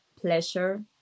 pleasure